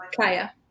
Kaya